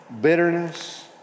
bitterness